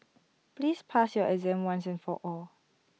please pass your exam once and for all